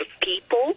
people